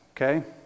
okay